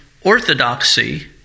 orthodoxy